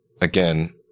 again